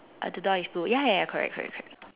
uh the door is blue ya ya correct correct correct